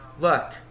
look